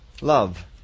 love